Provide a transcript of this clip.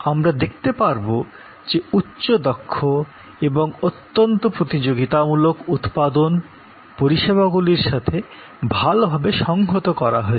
আমরা দেখতে পারবো যে উচ্চ দক্ষ এবং অত্যন্ত প্রতিযোগিতামূলক উৎপাদন পরিষেবাগুলির সাথে ভালভাবে সংহত করা হয়েছে